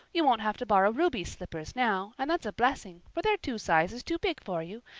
you won't have to borrow ruby's slippers now, and that's a blessing, for they're two sizes too big for you,